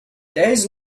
days